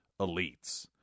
elites